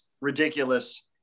ridiculous